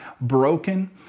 broken